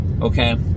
okay